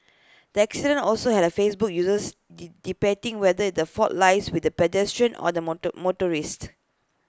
the accident also had A Facebook users de debating whether the fault lies with the pedestrian or the motor motorcyclist